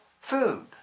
food